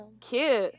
Cute